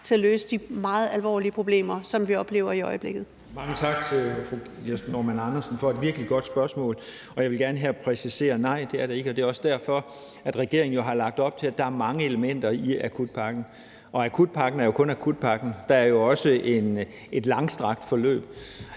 til at løse de meget alvorlige problemer, som vi oplever i øjeblikket?